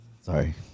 sorry